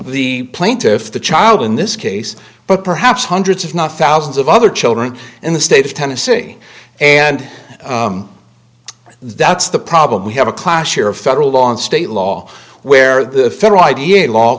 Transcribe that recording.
the plaintiff the child in this case but perhaps hundreds if not thousands of other children in the state of tennessee and that's the problem we have a clash here of federal law and state law where the federal id a law